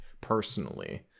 personally